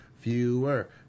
fewer